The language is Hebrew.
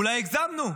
אולי הגזמנו,